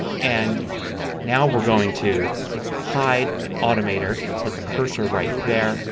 and now we're going to hide automator. put the cursor right there.